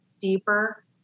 deeper